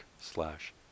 slash